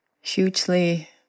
hugely